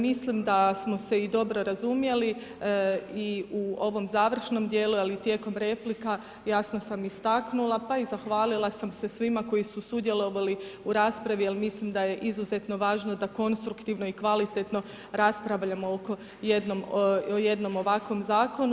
Mislim da smo se i dobro razumjeli i u ovom završnom dijelu ali i tijekom replika, jasno sam istaknula pa i zahvalila sam se svima koji su sudjelovali u raspravi, jer mislim da je izuzetno važno da konstruktivno i kvalitetno raspravljamo oko, jednom ovakvom zakonu.